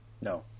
No